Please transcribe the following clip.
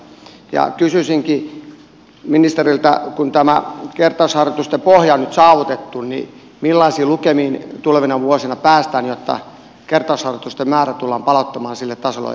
kysyisinkin ministeriltä että kun tämä kertausharjoituksen pohja on nyt saavutettu niin millaisiin lukemiin tulevina vuosina päästään jotta kertausharjoitusten määrä tullaan palauttamaan sille tasolle että se on järkevää ja uskottavaa